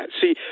See